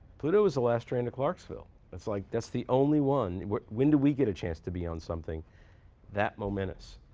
pluto was the last train to clarksville. it's like that's the only one. when when do we get a chance to be on something that momentous?